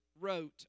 wrote